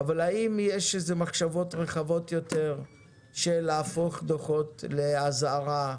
האם יש מחשבות רחבות יותר של הפיכת דוחות לאזהרה,